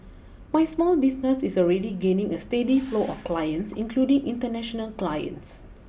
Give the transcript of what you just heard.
my small business is already gaining a steady flow of clients including international clients